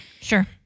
sure